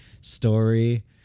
story